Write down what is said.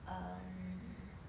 um